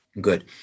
Good